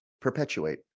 perpetuate